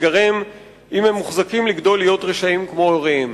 שתיגרם אם הם מוחזקים לגדול להיות רשעים כמו הוריהם.